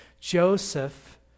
Joseph